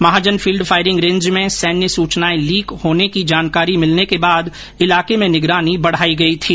महाजन field firing range में सैन्य सूचनाएं लीक होने की जानकारी मिलने के बाद इलाके में निगरानी बढाई गई थी